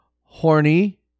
Horny